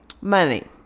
money